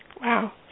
Wow